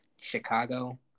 Chicago